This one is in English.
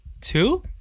Two